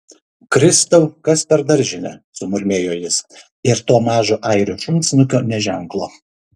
kristau kas per daržinė sumurmėjo jis ir to mažo airių šunsnukio nė ženklo